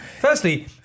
firstly